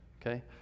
okay